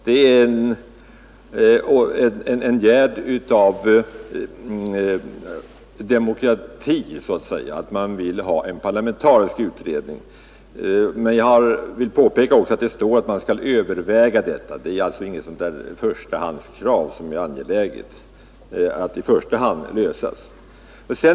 Det är en gärd av demokrati så att säga, att man vill ha en parlamentarisk utredning. Men jag påpekar också att det står att man skall överväga det. Det är alltså inget förstahandskrav, inget krav som det gäller att i första hand tillgodose.